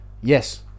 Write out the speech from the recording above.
yes